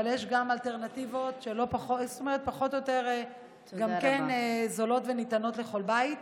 אבל יש גם אלטרנטיבות שגם הן זולות וניתנות לכל בית,